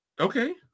Okay